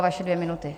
Vaše dvě minuty.